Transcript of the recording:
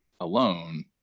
alone